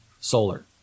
solar